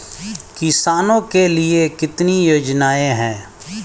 किसानों के लिए कितनी योजनाएं हैं?